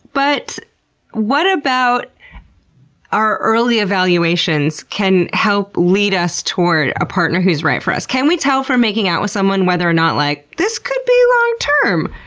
but what about our early evaluations can help lead us toward a partner who's right for us? can we tell from making out with someone whether or not, like, this could be long term?